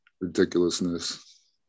ridiculousness